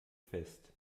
fest